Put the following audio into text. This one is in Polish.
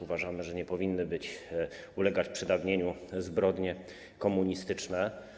Uważamy, że nie powinny ulegać przedawnieniu zbrodnie komunistyczne.